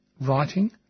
writing